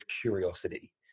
curiosity